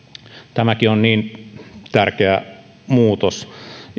tämäkin on niin tärkeä muutos